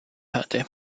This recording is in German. hatte